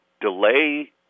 delay